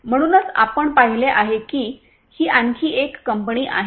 म्हणूनच आपण पाहिले आहे की ही आणखी एक कंपनी आहे